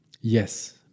Yes